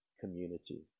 community